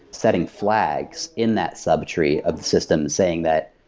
setting flags in that subtree of the system, saying that,